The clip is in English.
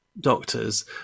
doctors